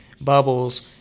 bubbles